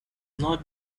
not